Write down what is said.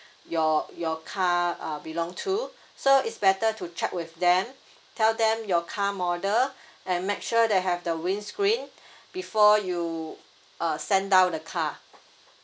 your your car uh belong to so it's better to check with them tell them your car model and make sure they have the windscreen before you uh send down the car